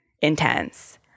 intense